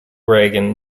reagan